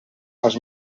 als